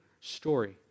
story